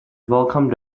welcome